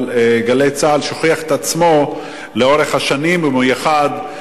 אבל "גלי צה"ל" הוכיחה את עצמו לאורך השנים בחיים